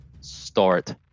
start